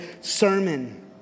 sermon